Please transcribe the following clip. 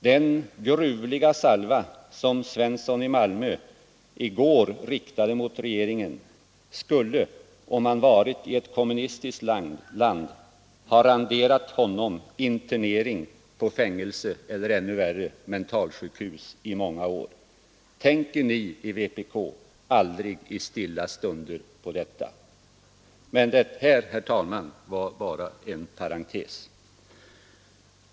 Den gruvliga salva som herr Svensson i Malmö i går riktade mot regeringen skulle, om han varit i ett kommunistiskt land, ha renderat honom internering i fängelse eller, ännu värre, på mentalsjukhus i många år. Tänker ni i vänsterpartiet kommunisterna aldrig i stilla stunder på detta?